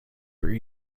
for